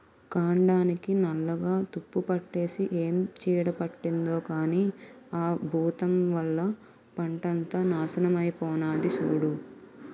కాండానికి నల్లగా తుప్పుపట్టేసి ఏం చీడ పట్టిందో కానీ ఆ బూతం వల్ల పంటంతా నాశనమై పోనాది సూడూ